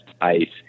ice